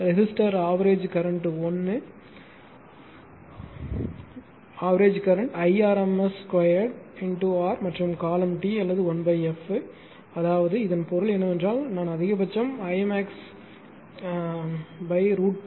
resistor average current I rms 2 r மற்றும் காலம் T அல்லது 1 f அதாவது இதன் பொருள் என்னவென்றால் நான் அதிகபட்சம் I max √2